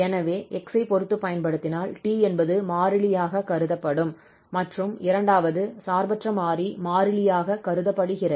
எனவே 𝑥 ஐ பொறுத்துப் பயன்படுத்தினால் t என்பது மாறிலியாகக் கருதப்படும் மற்றும் இரண்டாவது சார்பற்ற மாறி மாறிலியாகக் கருதப்படுகிறது